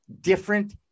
different